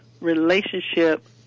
relationship